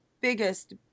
biggest